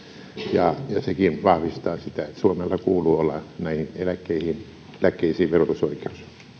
ja sekin vahvistaa sitä että suomella kuuluu olla näihin eläkkeisiin verotusoikeus